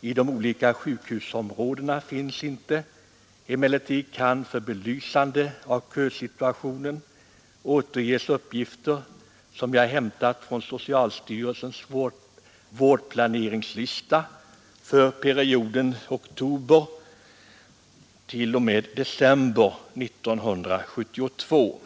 i de olika sjukhusområdena finns inte. Emellertid kan för belysande av kösituationen återges uppgifter som jag hämtat från socialstyrelsens vårdplaneringslista för perioden oktober—december 1972.